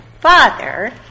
Father